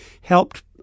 helped